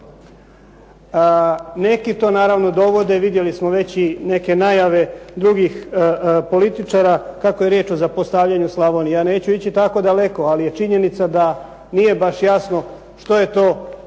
Neki to naravno dovode vidjeli smo već i neke najave drugih političara kako je riječ je o zapostavljanju Slavonije. Ja neću ići tako daleko, ali je činjenica da nije baš jasno što je to